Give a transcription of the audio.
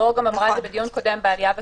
מור גם אמרה את זה בדיון קודם בעלייה וקליטה.